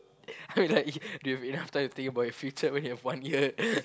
I mean like do you have enough time to think about your future when you have one year